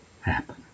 happen